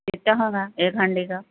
کتنا ہوگا ایک ہانڈی کا